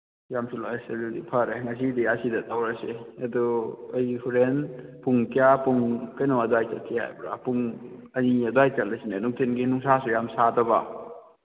ꯌꯥꯝꯁꯨ ꯑꯁ ꯑꯗꯨꯗꯤ ꯐꯔꯦ ꯉꯁꯤꯒꯤꯗꯤ ꯑꯁꯤꯗ ꯇꯧꯔꯁꯤ ꯑꯗꯨ ꯑꯩ ꯍꯣꯔꯦꯟ ꯄꯨꯡ ꯀꯌꯥ ꯄꯨꯡ ꯀꯩꯅꯣ ꯑꯗ꯭ꯋꯥꯏ ꯆꯠꯁꯤ ꯍꯥꯏꯕ꯭ꯔꯥ ꯄꯨꯡ ꯑꯅꯤ ꯑꯗ꯭ꯋꯥꯏ ꯆꯠꯂꯁꯤꯅꯦ ꯅꯨꯡꯊꯤꯟꯒꯤ ꯅꯨꯡꯁꯥꯁꯨ ꯌꯥꯝ ꯁꯥꯗꯕ